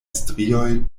strioj